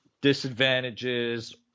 disadvantages